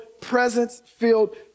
presence-filled